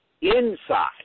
inside